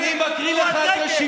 אני אקריא לך עכשיו,